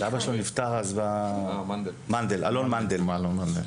קוראים לו אלון מנדל.